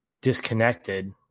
disconnected